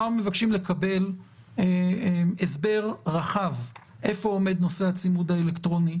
אנחנו מבקשים לקבל הסבר רחב איפה עומד נושא הצימוד האלקטרוני,